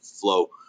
flow